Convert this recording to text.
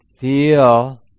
feel